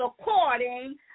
according